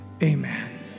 Amen